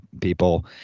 people